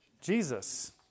Jesus